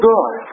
God